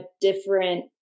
different